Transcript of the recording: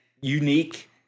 unique